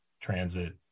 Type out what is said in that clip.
transit